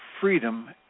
freedom